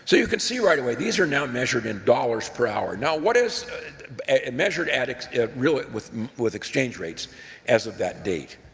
you can see right away, these are now measured in dollars per hour. now, what is measured at at really with with exchange rates as of that date.